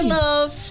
love